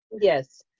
Yes